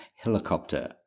helicopter